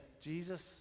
Jesus